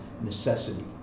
necessity